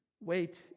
wait